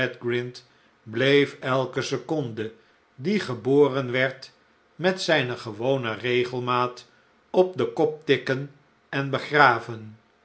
bleef elke seconde die geboren werd met zijne gewone regelmatigheid op den kop tikken en begraven